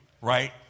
right